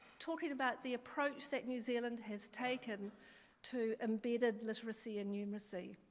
talking about the approach that new zealand has taken to embedded literacy and numeracy.